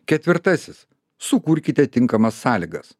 ketvirtasis sukurkite tinkamas sąlygas